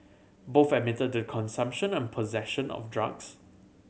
both admitted to consumption and possession of drugs